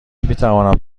میتوانم